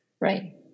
right